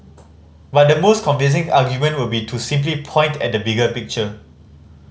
but the most convincing argument would be to simply point at the bigger picture